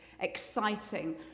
exciting